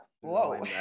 whoa